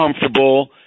comfortable